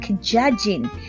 judging